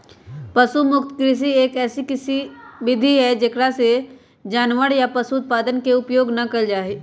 पशु मुक्त कृषि, एक ऐसी विधि हई जेकरा में जानवरवन या पशु उत्पादन के उपयोग ना कइल जाहई